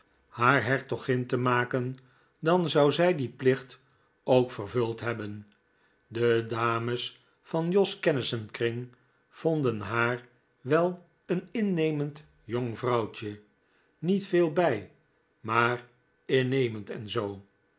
haar hertogin te maken dan zou zij dien plicht ook vervuld hebben de dames van jos kennissenkring vonden haar wel een innemend jong vrouwtje niet veel bij maar innemend en zoo